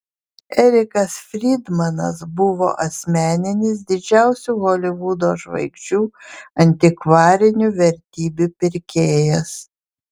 erikas frydmanas buvo asmeninis didžiausių holivudo žvaigždžių antikvarinių vertybių pirkėjas